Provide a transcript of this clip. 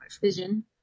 Vision